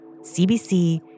CBC